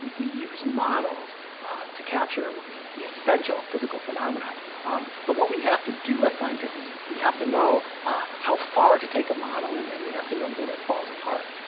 we we use models to capture the essential physical phenomenon but what we have to do as scientists is we have to know how far to take a model and then and we have to know when it falls apart.